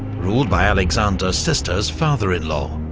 ruled by alexander's sister's father-in-law.